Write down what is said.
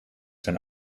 zijn